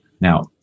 Now